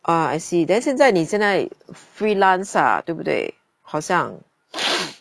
ah I see then 现在你现在 freelance ah 对不对好像